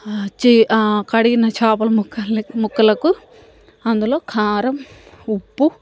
చి ఆ కడిగిన చేపల ముక్కల్ని ముక్కలకు అందులో కారం ఉప్పు